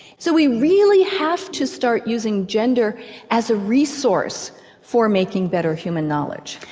so we really have to start using gender as a resource for making better human knowledge.